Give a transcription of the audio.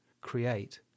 create